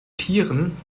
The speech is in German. tieren